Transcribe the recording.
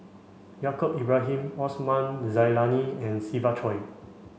Yaacob Ibrahim Osman Zailani and Siva Choy